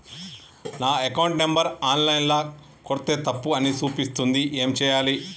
నా account number online ల కొడ్తే తప్పు అని చూపిస్తాంది ఏం చేయాలి?